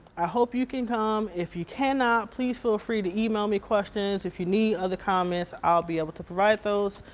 i hope you can come, if you cannot, please feel ah free to email me questions, if you need other comments, i'll be able to provide those.